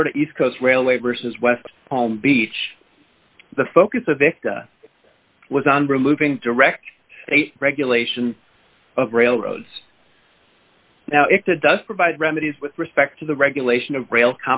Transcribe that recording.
florida east coast railway versus west palm beach the focus of victim was on removing direct regulation of railroads now if it does provide remedies with respect to the regulation of rail